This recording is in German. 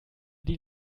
die